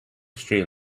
street